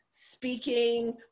speaking